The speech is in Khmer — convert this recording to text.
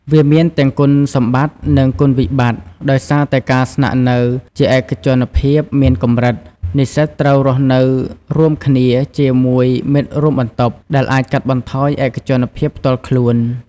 វាមានទាំងគុណសម្បត្តិនិងគុណវិប្បត្តិដោយសារតែការស្នាក់នៅជាឯកជនភាពមានកម្រិត និស្សិតត្រូវរស់នៅរួមគ្នាជាមួយមិត្តរួមបន្ទប់ ដែលអាចកាត់បន្ថយឯកជនភាពផ្ទាល់ខ្លួន។